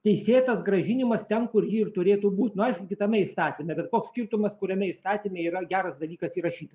teisėtas grąžinimas ten kur ji ir turėtų būt nu aišku kitame įstatyme bet koks skirtumas kuriame įstatyme yra geras dalykas įrašyta